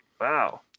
Wow